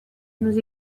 nous